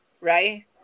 Right